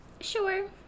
Sure